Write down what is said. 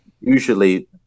usually